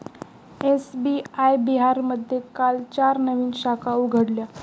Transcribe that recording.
SBI बिहारमध्ये काल चार नवीन शाखा उघडल्या